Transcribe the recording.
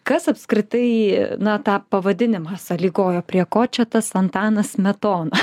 kas apskritai na tą pavadinimą sąlygojo prie ko čia tas antanas smetona